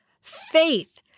faith